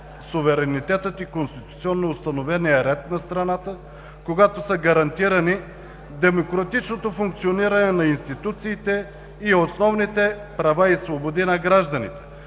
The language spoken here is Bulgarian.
суверенитетът и конституционно установеният ред на страната, когато са гарантирани демократичното функциониране на институциите и основните права и свободи на гражданите,